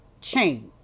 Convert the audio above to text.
change